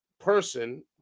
person